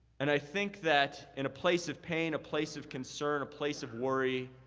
and i think that in a place of pain, a place of concern, a place of worry,